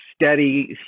steady